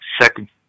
second